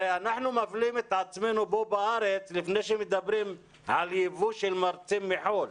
הרי אנחנו מפלים את עצמנו פה בארץ לפני שמדברים על יבוא של מרצים מחו"ל.